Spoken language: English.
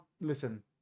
Listen